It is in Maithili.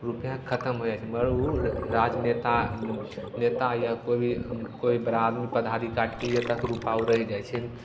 रुपैआ खतम होइ जाइ छै मगर ओ राजनेता नेता या कोइ भी कोइ भी बड़ा आदमी पदाधिकारी एतय रुपैआ ओ रहि जाइ छै